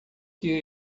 que